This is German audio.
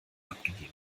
abgegeben